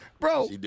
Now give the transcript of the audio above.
Bro